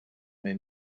may